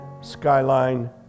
Skyline